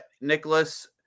Nicholas